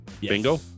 Bingo